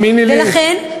ולכן,